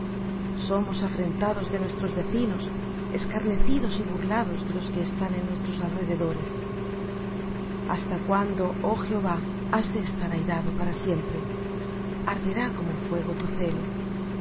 somos afrentados de nuestros vecinos escarnecidos y burlados de los que están en nuestros alrededores hasta cuándo oh jehová has de estar airado para siempre arderá como fuego tu celo